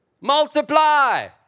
Multiply